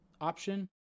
option